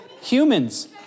humans